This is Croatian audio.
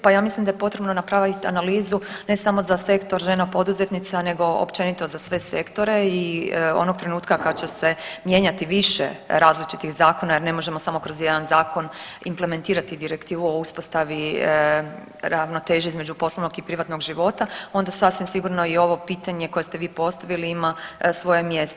Pa ja mislim da je potrebno napraviti analizu ne samo za sektor „Žena poduzetnica“ nego općenito za sve sektore i onog trenutka kad će se mijenjati više različitih zakona, jer ne možemo samo kroz jedan zakon implementirati Direktivu o uspostavi ravnoteže između poslovnog i privatnog života onda sasvim sigurno i ovo pitanje koje ste vi postavili ima svoje mjesto.